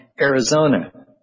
Arizona